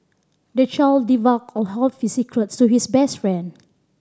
the child divulged all his secrets to his best friend